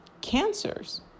cancers